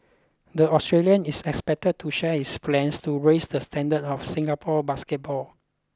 the Australian is expected to share his plans to raise the standards of Singapore basketball